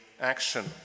action